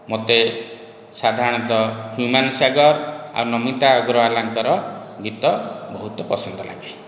ମୋତେ ସାଧାରଣତଃ ହ୍ୟୁମ୍ୟାନ ସାଗର ଆଉ ନମିତା ଅଗ୍ରବାଲାଙ୍କର ଗୀତ ବହୁତ ପସନ୍ଦ ଲାଗେ